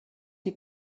die